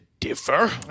differ